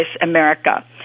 America